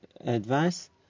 advice